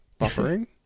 Buffering